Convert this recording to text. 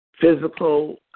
physical